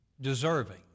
Deserving